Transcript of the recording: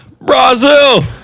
brazil